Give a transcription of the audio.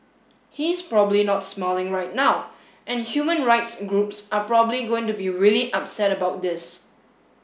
he's probably not smiling right now and human rights groups are probably going to be really upset about this